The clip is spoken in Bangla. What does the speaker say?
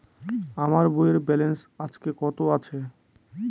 আমার বইয়ের ব্যালেন্স আজকে কত আছে?